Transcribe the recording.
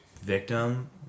victim